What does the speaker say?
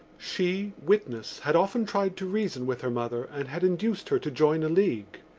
she, witness, had often tried to reason with her mother and had induced her to join a league.